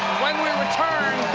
when we return,